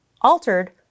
altered